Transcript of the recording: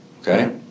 Okay